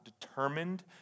determined